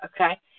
Okay